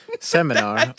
Seminar